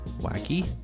wacky